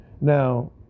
Now